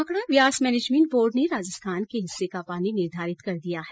Bhakra Beas management board ने राजस्थान के हिस्से का पानी निर्धारित कर दिया है